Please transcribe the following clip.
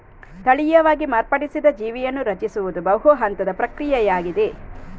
ತಳೀಯವಾಗಿ ಮಾರ್ಪಡಿಸಿದ ಜೀವಿಯನ್ನು ರಚಿಸುವುದು ಬಹು ಹಂತದ ಪ್ರಕ್ರಿಯೆಯಾಗಿದೆ